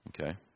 Okay